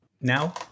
now